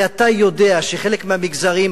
ואתה יודע שחלק מהמגזרים